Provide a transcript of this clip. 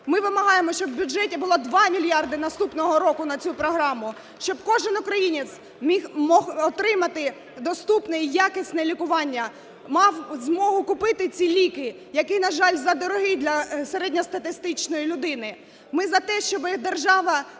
Ми вимагаємо, щоб у бюджеті було 2 мільярди наступного року на цю програму, щоби кожен українець міг отримати доступне і якісне лікування, мав змогу купити ці ліки, які, на жаль, задорогі для середньостатистичної людини. Ми за те, щоби держава